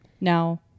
Now